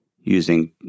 using